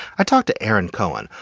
i talked to aaron cohen,